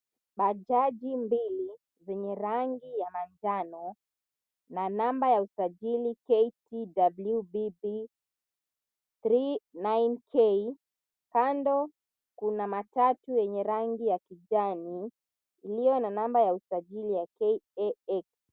Bajaji mbili zenye rangi ya manjano na namba ya usajili KQWVV39K kando kuna matatu yenye rangi ya kijani iliyo na namba ya usajili ya KAX.